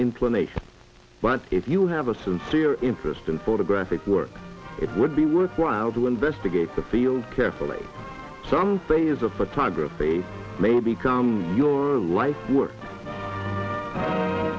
inclinations but if you have a sincere interest in photographic work it would be worthwhile to investigate the field carefully some say is a photography may become your